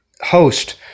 host